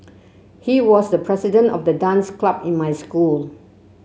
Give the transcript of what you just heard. he was the president of the dance club in my school